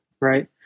right